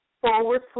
forward